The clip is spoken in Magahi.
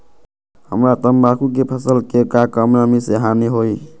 हमरा तंबाकू के फसल के का कम नमी से हानि होई?